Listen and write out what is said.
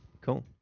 Cool